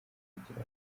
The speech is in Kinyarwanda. kugira